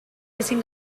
ezin